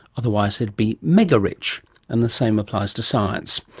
otherwise they'd be mega-rich. and the same applies to science.